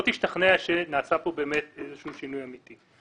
תשכנע שנעשה פה באמת איזשהו שינוי אמיתי.